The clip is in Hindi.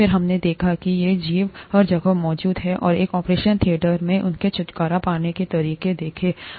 फिर हमने देखा कि ये जीव हर जगह मौजूद हैं और एक ऑपरेशन थियेटर में उनसे छुटकारा पाने के तरीके को देखने लगे